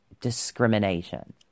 discrimination